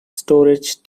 storage